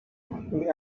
the